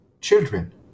children